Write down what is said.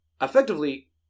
Effectively